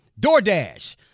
DoorDash